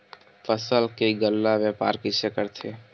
फसल के गल्ला व्यापार कइसे करथे?